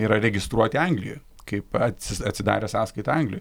yra registruoti anglijoj kaip ats atsidarę sąskaitą anglijoj